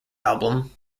album